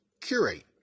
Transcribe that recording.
Curate